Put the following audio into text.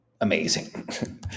amazing